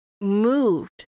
moved